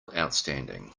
outstanding